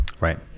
Right